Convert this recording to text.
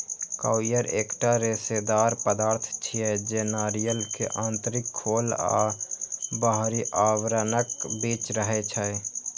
coir एकटा रेशेदार पदार्थ छियै, जे नारियल के आंतरिक खोल आ बाहरी आवरणक बीच रहै छै